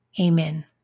amen